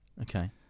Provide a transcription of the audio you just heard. Okay